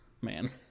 man